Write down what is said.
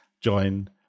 join